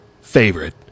favorite